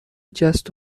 جست